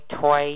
toy